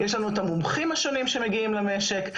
יש לנו את המומחים השונים שמגיעים למשק,